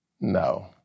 No